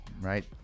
right